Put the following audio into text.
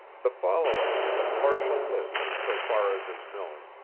the following is a partial list, so far as is known